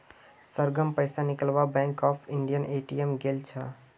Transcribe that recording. सरगम पैसा निकलवा बैंक ऑफ इंडियार ए.टी.एम गेल छ